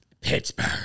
Pittsburgh